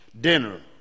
dinner